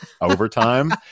overtime